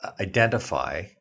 identify